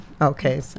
okay